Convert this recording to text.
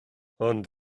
ond